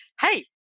hey